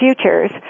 futures